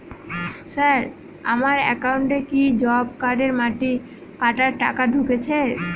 Sir আমার একাউন্টে কি জব কার্ডের মাটি কাটার টাকা ঢুকেছে?